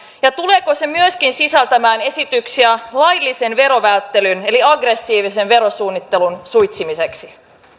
ja tuleeko se myöskin sisältämään esityksiä laillisen verovälttelyn eli aggressiivisen verosuunnittelun suitsimiseksi